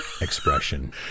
expression